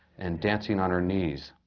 and dancing on her knees.